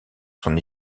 son